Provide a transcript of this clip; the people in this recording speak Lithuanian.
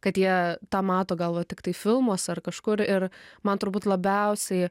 kad jie tą mato gal va tiktai filmuose ar kažkur ir man turbūt labiausiai